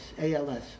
ALS